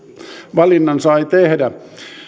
valinnan sai tehdä